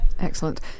Excellent